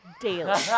daily